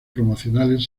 promocionales